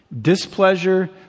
displeasure